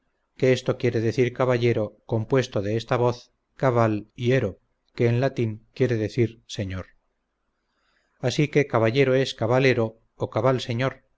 que eso quiere decir caballero compuesto de esta voz cabal y hero que en latín quiere decir señor así que caballero es cabal hero o cabal señor